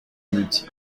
minutes